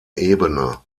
ebene